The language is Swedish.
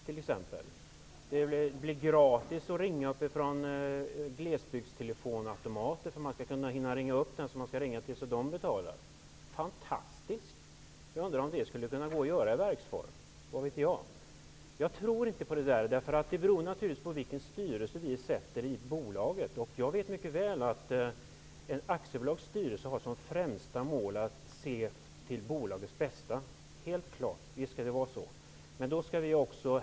Dessutom kommer man att kunna ringa gratis från automater ute i glesbygder. Den som man ringer upp får betala. Fantastiskt! Jag undrar om det kan genomföras i verksform. Avgörande är naturligtvis vilken styrelse vi tillsätter i bolaget. Jag vet mycket väl att ett aktiebolags styrelse har som främsta mål att se till bolagets bästa. Det skall självklart vara så.